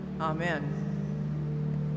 Amen